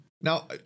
Now